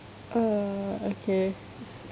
uh okay